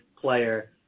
player